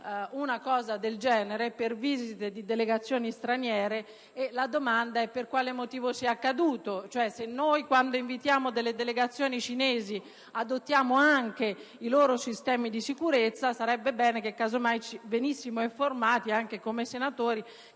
una cosa del genere per visite di delegazioni straniere. Per quale motivo è accaduto ciò? Se noi, quando invitiamo delle delegazioni cinesi, adottiamo anche i loro sistemi di sicurezza, sarebbe bene che ne venissimo informati come senatori